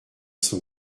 son